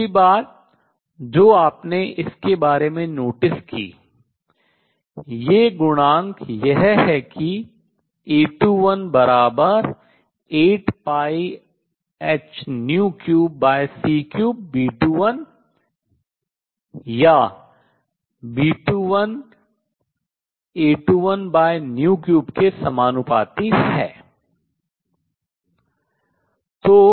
दूसरी बात जो आपने इसके बारे में नोटिस की ये गुणांक यह है कि A21 8πh3c3 B21 या B21 A213 के समानुपाती है